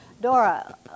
Dora